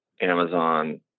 Amazon